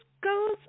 goes